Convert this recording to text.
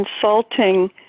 Consulting